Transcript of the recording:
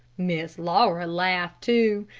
miss laura laughed too,